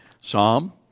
Psalm